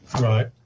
Right